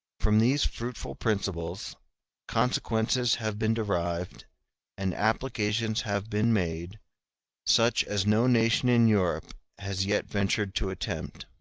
from these fruitful principles consequences have been derived and applications have been made such as no nation in europe has yet ventured to attempt.